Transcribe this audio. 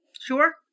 Sure